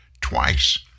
twice